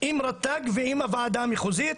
עם רט"ג ועם הוועדה המחוזית,